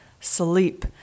sleep